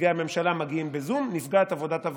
מנציגי הממשלה מגיעים בזום, נפגעת עבודת הוועדות.